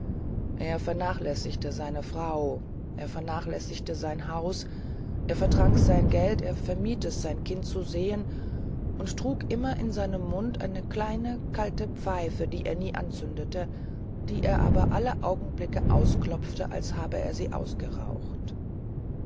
er vernachlässigte seine frau er vernachlässigte sein haus er vertrank sein geld er vermied es sein kind zu sehen und trug immer in seinem mund eine kleine kalte pfeife die er nie anzündete die er aber alle augenblicke ausklopfte als habe er sie ausgeraucht